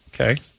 Okay